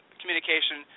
communication